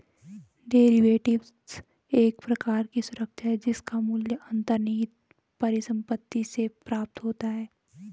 derivatives एक प्रकार की सुरक्षा है जिसका मूल्य अंतर्निहित परिसंपत्ति से प्राप्त होता है